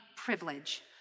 privilege